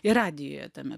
ir radijuje tame